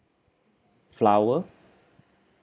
flower